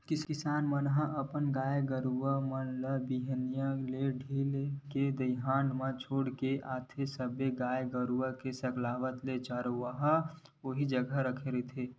किसान मन ह अपन गाय गरु मन ल बिहनिया ले ढील के दईहान म छोड़ के आथे सबे के गाय गरुवा के सकलावत ले चरवाहा उही जघा रखथे